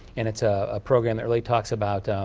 and it's a program that really talks about